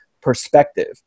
perspective